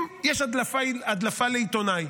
אם יש הדלפה לעיתונאי,